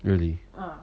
really